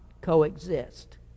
coexist